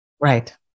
Right